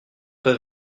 pas